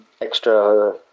extra